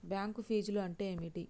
Bank ఫీజ్లు అంటే ఏమిటి?